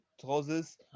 trousers